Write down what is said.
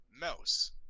Mouse